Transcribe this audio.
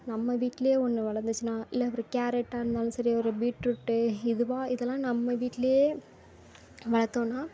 நம்ம வீட்லேயே ஒன்று வளர்ந்துச்சின்னா இல்லை ஒரு கேரட்டாக இருந்தாலும் சரி ஒரு பீட்ருட்டு இதுவாக இதெல்லாம் நம்ம வீட்டுலேயே வளத்தோம்னா